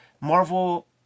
marvel